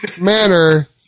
manner